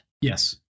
yes